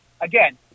Again